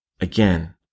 again